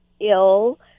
ill